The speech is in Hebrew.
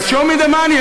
אז show me the money.